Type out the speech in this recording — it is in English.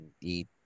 eat